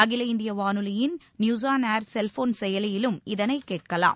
அகில இந்திய வானொலியின் நியூஸ் ஆன் ஏர் செல்போன் செயலியிலும் இதனை கேட்கலாம்